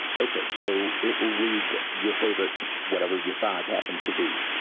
ok so it will read your favorite whatever your five happened to be.